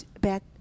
back